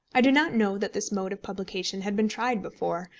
i do not know that this mode of publication had been tried before,